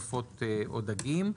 עופות או דגים.